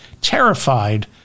terrified